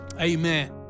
Amen